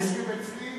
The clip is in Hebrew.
אנשים יושבים אצלי,